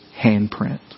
handprint